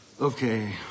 Okay